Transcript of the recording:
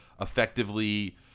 effectively